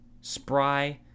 spry